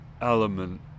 element